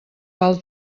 val